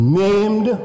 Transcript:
named